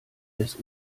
des